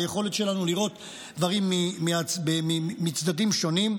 ליכולת שלנו לראות דברים מצדדים שונים.